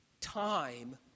Time